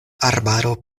arbaro